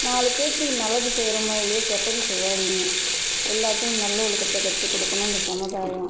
நாலு பேத்துக்கு நல்லது செய்கிறோமோ இல்லையோ கெட்டது செய்யாதீங்க எல்லாத்துக்கும் நல்ஒழுக்கத்த கற்றுக்குடுக்கணும் இந்த சமுதாயம்